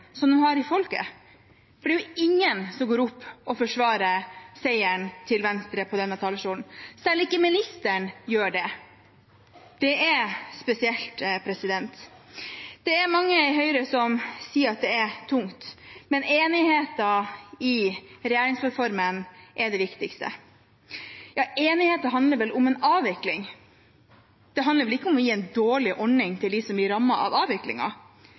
som de har i folket, for det er ingen som går opp og forsvarer seieren til Venstre på denne talerstolen. Selv ikke ministeren gjør det. Det er spesielt. Det er mange i Høyre som sier at det er tungt, men at enigheten i regjeringsplattformen er det viktigste. Ja, men enigheten handler vel om en avvikling, det handler vel ikke om å gi en dårlig ordning til dem som blir rammet av